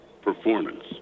Performance